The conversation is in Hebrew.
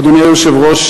אדוני היושב-ראש,